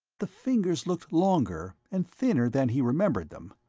the fingers looked longer and thinner than he remembered them,